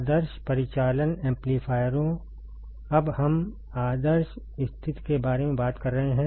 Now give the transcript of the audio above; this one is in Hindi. आदर्श परिचालन एम्पलीफायरों हम अब आदर्श स्थिति के बारे में बात कर रहे हैं